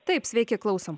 taip sveiki klausom